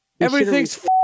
Everything's